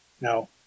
Now